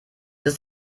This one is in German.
ist